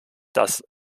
dass